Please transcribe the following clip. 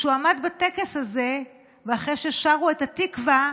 וכשהוא עמד בטקס הזה, ואחרי ששרו את "התקווה",